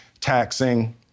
taxing